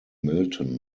milton